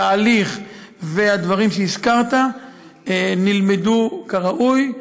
התהליך והדברים שהזכרת נלמדו כראוי,